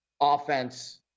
Offense